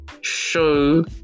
show